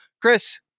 Chris